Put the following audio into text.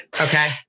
Okay